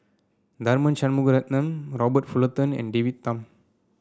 Tharman Shanmugaratnam Robert Fullerton and David Tham